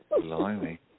Blimey